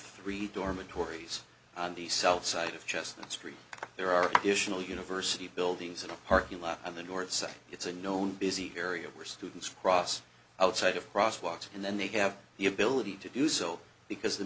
three dormitories on the south side of chestnut street there are additional university buildings and a parking lot on the north side it's a known busy area where students cross outside of crosswalk and then they have the ability to do so because the